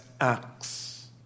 acts